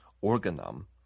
organum